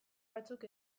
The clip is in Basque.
batzuk